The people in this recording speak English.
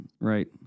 right